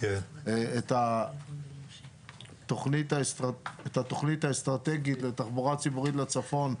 את התוכנית האסטרטגית לתחבורה ציבורית לצפון.